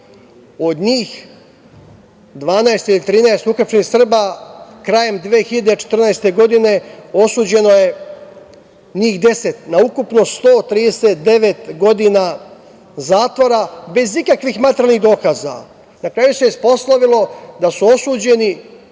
Od njih 12 ili 13 uhapšenih Srba, krajem 2014. godine, osuđeno je njih 10 na ukupno 139 godina zatvora bez ikakvih materijalnih dokaza. Na kraju se ispostavilo da su osuđeni